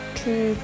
two